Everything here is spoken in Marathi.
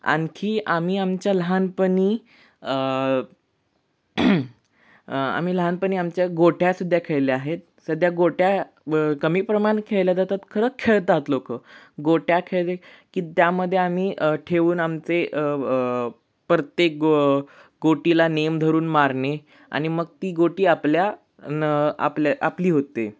आणखी आम्ही आमच्या लहानपणी आम्ही लहानपणी आमच्या गोट्या सुद्ध्या खेळल्या आहेत सध्या गोट्या कमी प्रमाण खेळल्या जातात खरं खेळतात लोक गोट्या खेळले की त्यामध्ये आम्ही ठेवून आमचे प्रत्येक गो गोटीला नेम धरून मारणे आणि मग ती गोटी आपल्या न आपल्या आपली होते